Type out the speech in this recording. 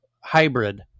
hybrid